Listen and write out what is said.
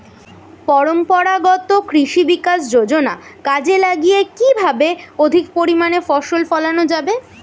পরম্পরাগত কৃষি বিকাশ যোজনা কাজে লাগিয়ে কিভাবে অধিক পরিমাণে ফসল ফলানো যাবে?